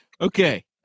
Okay